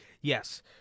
Yes